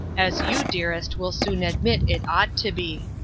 as you, dearest, will soon admit it ought to be.